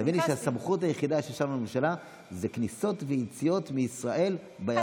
תביני שהסמכות היחידה שיש שם לממשלה זה כניסות ויציאות מישראל ביבשה,